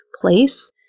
place